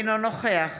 אינו נוכח